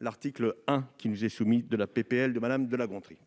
l'article 1de la proposition de loi de Mme de La Gontrie.